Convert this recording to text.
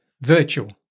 virtual